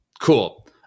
Cool